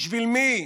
בשביל מי?